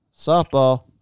Softball